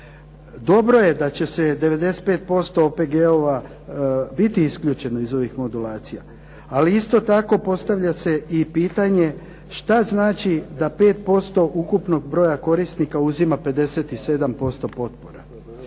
Dobro je da će se 95% OPG-ova biti isključeno iz ovih modulacija, ali isto tako postavlja se i pitanje što znači da 5% ukupnog broja korisnika uzima 57% potpora?